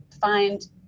find